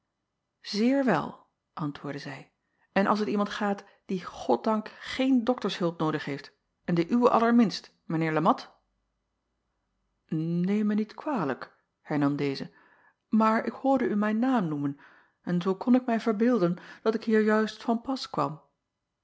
eer wel antwoordde zij en als het iemand gaat die oddank geen doktershulp noodig heeft en de uwe allerminst mijn eer e at eem mij niet kwalijk hernam deze maar ik hoorde u mijn naam noemen en zoo kon ik mij verbeelden dat ik hier juist van pas kwam